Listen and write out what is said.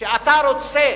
שאתה רוצה